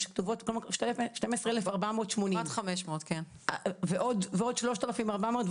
12,480. ועוד 3,400,